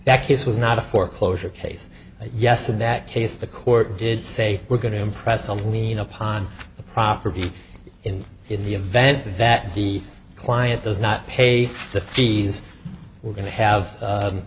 k case was not a foreclosure case yes in that case the court did say we're going to impress and lean upon the property in in the event that the client does not pay the fees we're going